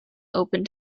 open